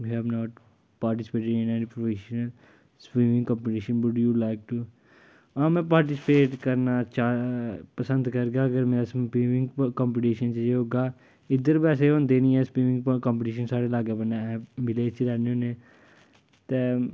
U have not participate as professional swimming swimming competition would you like to हां में participate करना पसंद चाह् पसंद करगा अगर मेरा स्विमिंग कंपीटिशन जे होगा इद्धर बैसे होंदे निं हैन स्विमिंग कंपीटिशन साढ़ै लाग्गै बन्ने विलेज च रैह्ने होन्ने ते